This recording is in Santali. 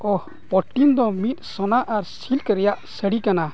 ᱚ ᱯᱳᱨᱴᱤᱱ ᱫᱚ ᱥᱳᱱᱟ ᱟᱨ ᱥᱤᱞᱠ ᱨᱮᱭᱟᱜ ᱥᱟᱹᱲᱤ ᱠᱟᱱᱟ